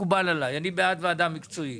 מקובל עליי; אני בעד ועדה מקצועית,